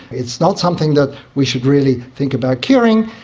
it's not something that we should really think about curing,